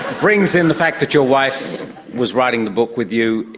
brings in the fact that your wife was writing the book with you,